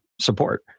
support